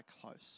close